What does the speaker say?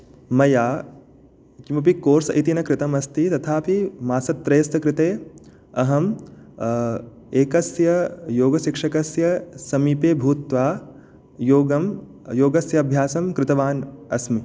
मया किमपि कोर्स् इति न कृतमस्ति तथापि मासत्रयस्य कृते अहम् एकस्य योगशिक्षकस्य समीपे भूत्वा योगं योगस्य अभ्यासं कृतवान् अस्मि